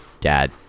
dad